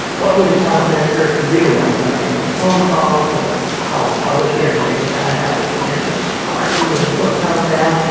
what would a confident person do, and i start making phone calls and i call the publisher and say, we've got to have this massive party when the book comes out.